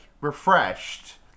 refreshed